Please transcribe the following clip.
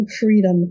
freedom